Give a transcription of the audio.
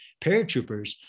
paratroopers